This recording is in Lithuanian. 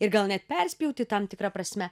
ir gal net perspjauti tam tikra prasme